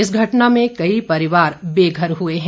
इस घटना में कई परिवार बेघर हुए हैं